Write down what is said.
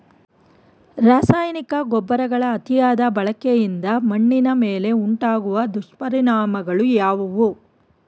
ರಾಸಾಯನಿಕ ಗೊಬ್ಬರಗಳ ಅತಿಯಾದ ಬಳಕೆಯಿಂದ ಮಣ್ಣಿನ ಮೇಲೆ ಉಂಟಾಗುವ ದುಷ್ಪರಿಣಾಮಗಳು ಯಾವುವು?